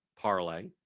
parlay